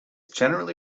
generally